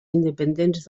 independents